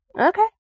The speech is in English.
Okay